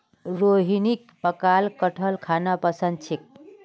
रोहिणीक पकाल कठहल खाबार पसंद छेक